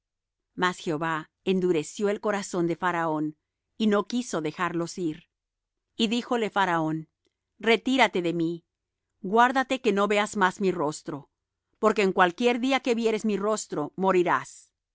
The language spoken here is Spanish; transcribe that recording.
mas jehová endureció el corazón de faraón y no quiso dejarlos ir y díjole faraón retírate de mí guárdate que no veas más mi rostro porque en cualquier día que vieres mi rostro morirás